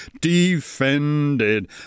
defended